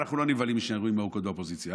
אנחנו לא נבהלים להישאר שנים ארוכות באופוזיציה.